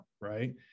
right